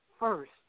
first